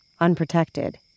unprotected